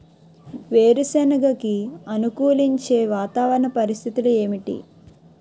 వేరుసెనగ కి అనుకూలించే వాతావరణ పరిస్థితులు ఏమిటి?